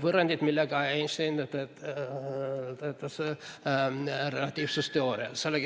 võrrandeid, millega Einstein töötas välja